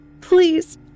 Please